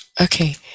Okay